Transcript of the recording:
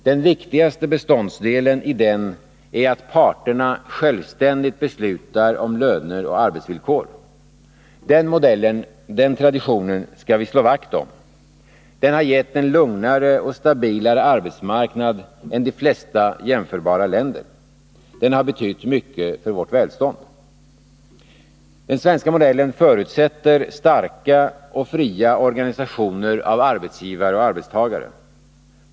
Den viktigaste beståndsdelen i den är att parterna självständigt beslutar om löner och arbetsvillkor. Den modellen, den traditionen, skall vi slå vakt om. Den har gett en lugnare och stabilare arbetsmarknad än i de flesta jämförbara länder. Den har betytt mycket för vårt välstånd. Den svenska modellen förutsätter starka och fria organisationer av arbetsgivare och arbetstagare.